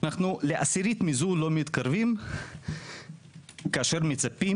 אנחנו לא מתקרבים לעשירית מזה כאשר מצפים